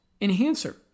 enhancer